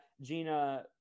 gina